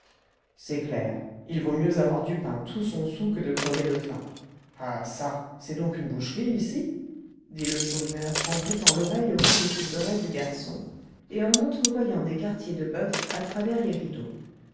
c'est clair il vaut mieux avoir du pain tout son soûl que de crever de faim ah çà c'est donc une boucherie ici dit le chourineur en prêtant l'oreille aux coups de couperet du garçon et en entrevoyant des quartiers de boeuf à travers les rideaux